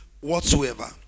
whatsoever